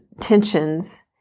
tensions